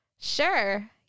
Sure